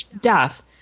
death